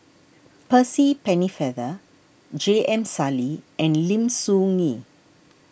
Percy Pennefather J M Sali and Lim Soo Ngee